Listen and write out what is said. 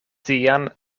tian